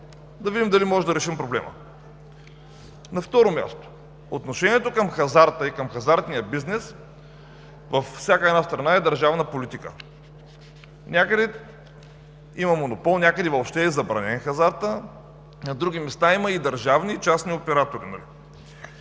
да видим дали можем да решим проблема. На второ място, отношението към хазарта и към хазартния бизнес във всяка страна е държавна политика – някъде има монопол, някъде хазартът въобще е забранен, а на други места има и държавни, и частни оператори.